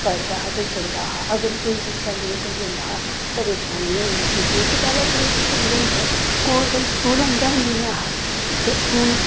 पढ़दा हा ते जंदा हा अगर कोई बच्चा लेट होई जंदा हा परेशानी होई जंदी ही क्योंकि पैह्लें दूर स्कूल होंदे हे कोल कोई स्कूल होंदा गै नेईं ही ऐ हा ते हून